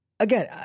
Again